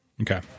Okay